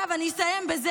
אסיים בזה.